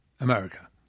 America